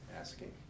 asking